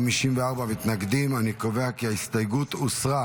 אני קובע כי ההסתייגות הוסרה.